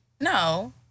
No